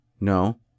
No